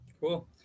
cool